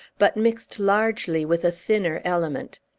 but mixed largely with a thinner element.